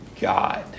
God